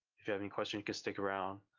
if you have any question you can stick around,